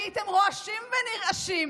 הייתם רועשים ונרעשים.